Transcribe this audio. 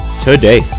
today